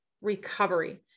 recovery